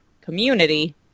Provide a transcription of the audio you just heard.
community